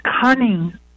cunning